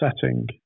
setting